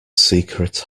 secret